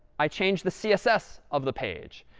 i change the css of the page.